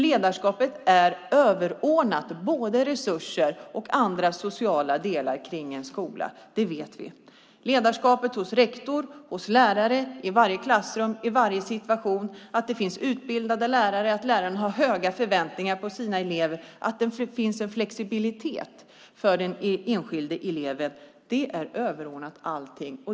Ledarskapet är överordnat både resurser och andra sociala delar kring en skola, det vet vi. Ledarskapet hos rektor och lärare i varje klassrum och i varje situation är viktigt. Att det finns utbildade lärare, att läraren har höga förväntningar på sina elever och att det finns en flexibilitet för den enskilda eleven är överordnat allting.